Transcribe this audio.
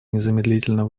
незамедлительно